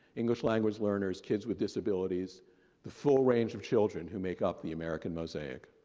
english language learners, kids with disabilities the full range of children who make up the american mosaic.